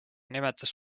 nimetas